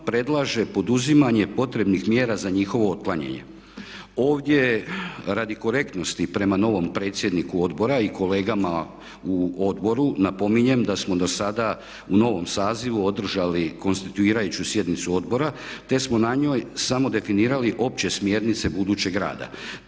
predlaže poduzimanje potrebnih mjera za njihovo otklanjanje. Ovdje radi korektnosti prema novom predsjedniku odbora i kolegama u odboru napominjem da smo dosada u novom sazivu održali konstituirajuću sjednicu odbora te smo na njoj samo definirali opće smjernice budućeg rada.